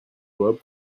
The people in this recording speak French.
lois